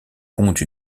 compte